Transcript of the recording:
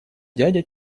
дядя